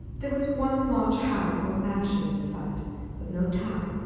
there was one large house or mansion in sight, but no town,